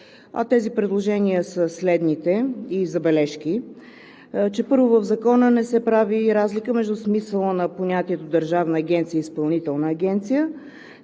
тези предложения и забележки са следните: Първо, в Закона не се прави разлика между смисъла на понятието „Държавна агенция“ и „Изпълнителна агенция“.